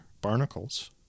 Barnacles